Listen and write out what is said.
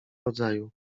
rodzaju